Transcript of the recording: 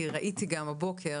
כי ראיתי גם הבוקר,